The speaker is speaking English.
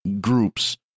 groups